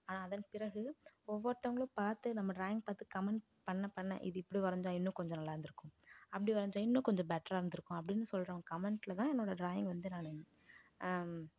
ஆனால் அதன் பிறகு ஒவ்வொருத்தவங்களும் பார்த்து நம்ம டிராயிங் பார்த்து கமெண்ட் பண்ண பண்ண இது இப்படி வரைஞ்சா இன்னும் கொஞ்சம் நல்லாயிருந்துருக்கும் அப்படி வரைஞ்சா இன்னும் கொஞ்சம் பெட்டராக இருந்திருக்கும் அப்படின்னு சொல்கிறவங்க கமெண்டில் தான் என்னோடய டிராயிங் வந்து நான்